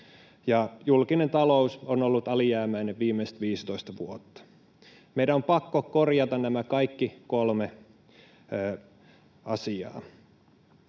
julkinen talous on ollut alijäämäinen viimeiset 15 vuotta. Meidän on pakko korjata nämä kaikki kolme asiaa.